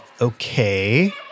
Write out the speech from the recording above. okay